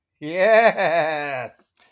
Yes